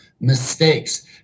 mistakes